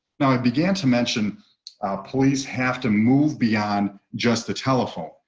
now, i began to mention police have to move beyond just the telephone.